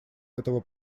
этого